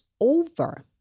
over